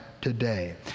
today